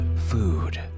Food